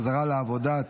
שבעה מתנגדים,